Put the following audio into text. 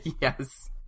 Yes